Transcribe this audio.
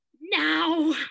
Now